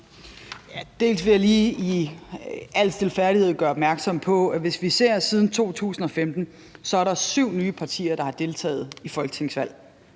Løhde): Jeg vil i al stilfærdighed gøre opmærksom på, at hvis vi ser siden 2015, er der syv nye partier, der har deltaget i folketingsvalg.